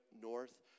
north